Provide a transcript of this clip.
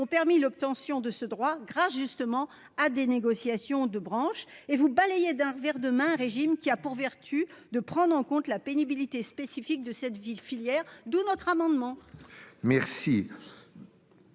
ont permis l'obtention de ce droit grâce à des négociations de branches justement, et vous balayez d'un revers de la main un régime qui a pour vertu de prendre en compte la pénibilité spécifique de cette filière. Tel est le sens de